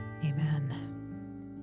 Amen